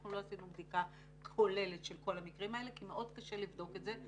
אנחנו לא עשינו בדיקה כוללת של כל המקרים האלה כי מאוד קשה לבדוק את זה.